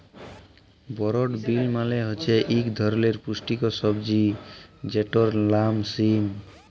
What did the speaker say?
বরড বিল মালে হছে ইক ধরলের পুস্টিকর সবজি যেটর লাম সিম